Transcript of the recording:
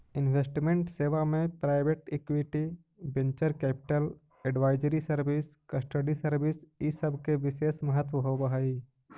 investment सेवा में private equity, venture capital, advisory service, custody service इ सब के विशेष महत्व होवऽ हई